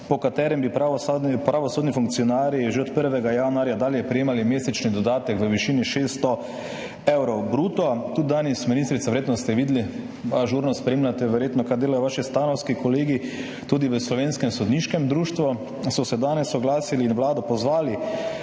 po katerem bi pravosodni funkcionarji že od 1. januarja dalje prejemali mesečni dodatek v višini 600 evrov bruto. Ministrica, verjetno ste videli, verjetno ažurno spremljate, kar delajo vaši stanovski kolegi, tudi v Slovenskem sodniškem društvu so se danes oglasili in Vlado pozvali,